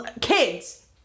kids